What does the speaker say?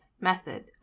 method